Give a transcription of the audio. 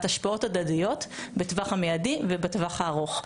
השפעות הדדיות בטווח המיידי ובטווח הארוך.